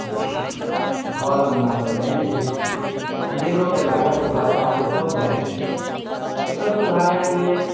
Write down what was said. घर अँगनामे पानि घुसि जाइ छै अनेरोके लागत जे बरसाते सँ बाढ़ि आबि गेल एकर सुधारैके लेल